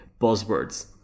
Buzzwords